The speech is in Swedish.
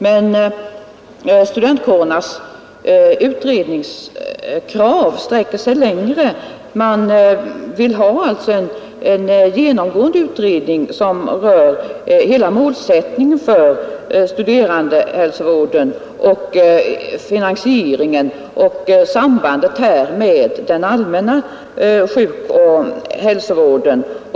Men studentkårernas utredningskrav sträcker sig längre — man vill ha en genomgående utredning som rör hela målsättningen för studerandehälsovården och finansieringen och sambandet med den allmänna sjukoch hälsovården.